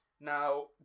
Now